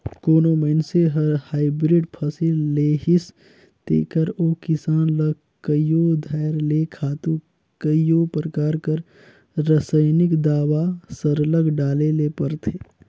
कोनो मइनसे हर हाईब्रिड फसिल लेहिस तेकर ओ किसान ल कइयो धाएर ले खातू कइयो परकार कर रसइनिक दावा सरलग डाले ले परथे